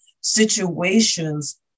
situations